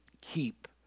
keep